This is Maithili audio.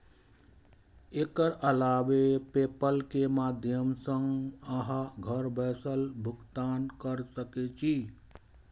एकर अलावे पेपल के माध्यम सं अहां घर बैसल भुगतान कैर सकै छी